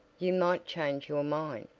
you might change your mind,